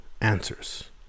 answers